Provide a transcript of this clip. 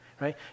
right